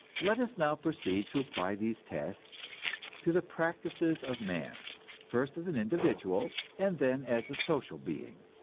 let us now proceed to apply these tests to the practices of man first as an individual, and then as a social being.